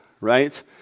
right